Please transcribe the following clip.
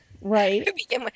Right